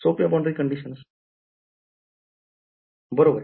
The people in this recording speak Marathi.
सोप्या boundary conditions